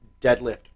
deadlift